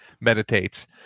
meditates